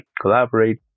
collaborate